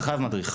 אתה חייב מדריך.